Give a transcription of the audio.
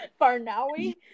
Barnawi